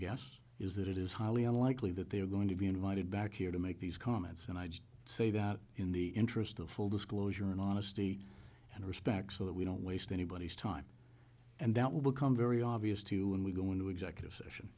guess is that it is highly unlikely that they're going to be invited back here to make these comments and i just say that in the interest of full disclosure and honesty and respect so that we don't waste anybody's time and that will become very obvious to and we go into executive session